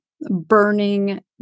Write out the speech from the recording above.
burning